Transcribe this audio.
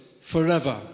forever